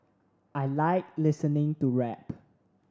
I like listening to rap